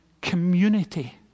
community